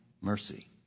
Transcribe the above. mercy